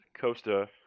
COSTA